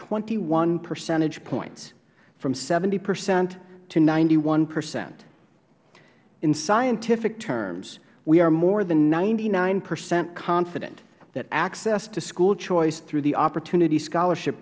twenty one percentage points from seventy percent to ninety one percent in scientific terms we are more than ninety nine percent confident that access to school choice through the opportunity scholarship